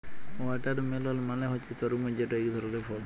watermelon মালে হছে তরমুজ যেট ইক ধরলের ফল